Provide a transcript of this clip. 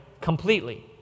completely